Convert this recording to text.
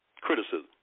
criticism